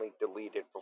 deleted